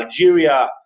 Algeria